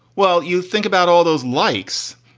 well, you think about all those likes.